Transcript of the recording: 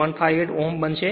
158 ohm હશે